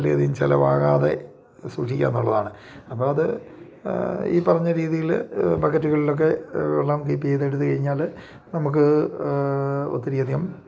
വലിയ അധികം ചിലവാകാതെ സൂക്ഷിക്കുക എന്നുള്ളതാണ് അപ്പം അത് ഈ പറഞ്ഞ രീതിയിൽ ബക്കറ്റുകളൊക്കെ നമുക്ക് ഈ പിഴുതെടുത്തു കഴിഞ്ഞാൽ മുക്നക്ക്ക് ഒത്തിരി അധികം